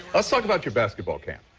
let's talk about your basketball camp.